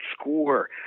score